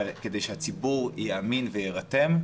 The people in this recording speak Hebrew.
אבל כדי שהציבור יאמין ויירתם,